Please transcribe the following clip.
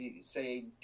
say